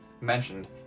mentioned